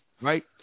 right